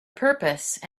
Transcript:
purpose